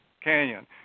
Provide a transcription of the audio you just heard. canyon